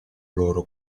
loro